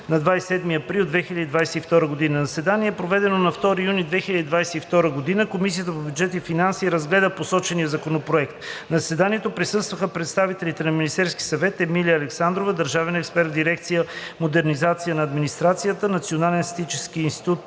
на 27 април 2022 г. На заседание, проведено на 2 юни 2022 г., Комисията по бюджет и финанси разгледа посочения законопроект. На заседанието присъстваха представителите на: Министерския съвет: Емилия Александрова – държавен експерт в дирекция „Модернизация на администрацията“; Националния статистически институт